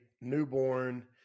Newborn